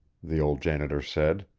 the old janitor said.